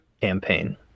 campaign